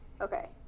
okay